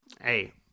Hey